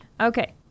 Okay